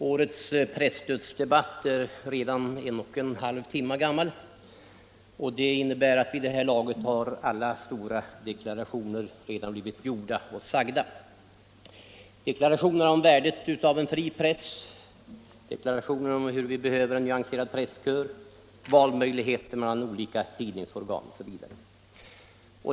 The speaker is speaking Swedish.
Herr talman! Årets presstödsdebatt är redan en och en halv timme gammal. Det innebär att vid det här laget har alla stora deklarationer blivit gjorda — deklarationerna om värdet av en fri press, deklarationerna om att vi behöver en nyanserad presskör, möjlighet att välja mellan olika tidningar osv.